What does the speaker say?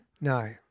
No